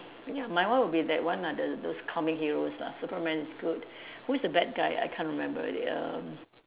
ya my one will be that one ah the those comic heroes lah Superman is good who is the bad guy I can't remember already err